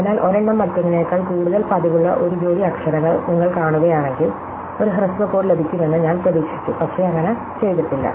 അതിനാൽ ഒരെണ്ണം മറ്റൊന്നിനേക്കാൾ കൂടുതൽ പതിവുള്ള ഒരു ജോഡി അക്ഷരങ്ങൾ നിങ്ങൾ കാണുകയാണെങ്കിൽ ഒരു ഹ്രസ്വ കോഡ് ലഭിക്കുമെന്ന് ഞാൻ പ്രതീക്ഷിച്ചു പക്ഷെ അങ്ങനെ ചെയ്തിട്ടില്ല